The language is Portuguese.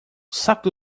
saco